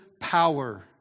power